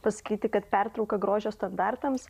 pasakyti kad pertrauka grožio standartams